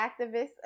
activists